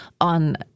on